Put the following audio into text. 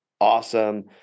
awesome